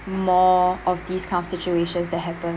more of these kind of situations that happen